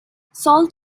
salt